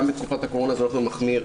שגם בתקופת הקורונה זה הולך ומחמיר.